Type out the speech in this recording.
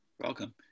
Welcome